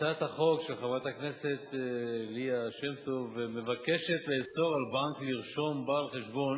הצעת החוק של חברת הכנסת ליה שמטוב מבקשת לאסור על בנק לרשום בעל חשבון